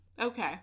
Okay